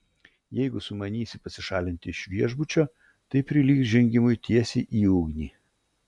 jeigu sumanysi pasišalinti iš viešbučio tai prilygs žengimui tiesiai į ugnį